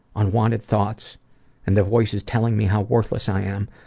unwanted thoughts and the voices telling me how worthless i am.